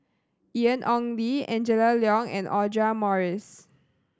Ian Ong Li Angela Liong and Audra Morrice